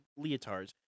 leotards